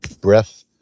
Breath